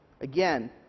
Again